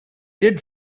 did